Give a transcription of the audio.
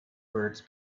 birds